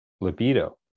libido